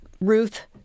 Ruth